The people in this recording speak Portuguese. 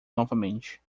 novamente